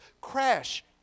crash